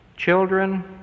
Children